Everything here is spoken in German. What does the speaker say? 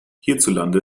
hierzulande